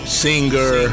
singer